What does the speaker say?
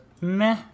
meh